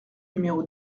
numéro